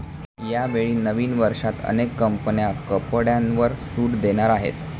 यावेळी नवीन वर्षात अनेक कंपन्या कपड्यांवर सूट देणार आहेत